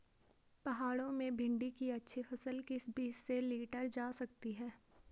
पहाड़ों में भिन्डी की अच्छी फसल किस बीज से लीटर जा सकती है?